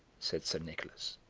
said sir nicholas.